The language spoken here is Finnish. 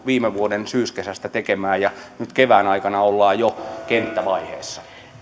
viime vuoden syyskesästä tekemään ja nyt kevään aikana ollaan jo kenttävaiheessa